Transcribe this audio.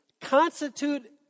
constitute